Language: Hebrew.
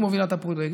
היא מובילה את הפרויקט,